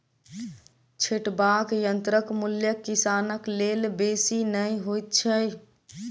छिटबाक यंत्रक मूल्य किसानक लेल बेसी नै होइत छै